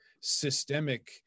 systemic